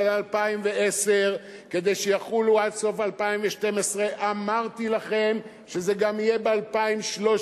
2010 כדי שיחולו עד סוף 2012. אמרתי לכם שזה גם יהיה ב-2013.